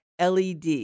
LED